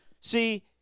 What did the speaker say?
See